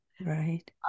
Right